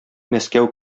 мәскәү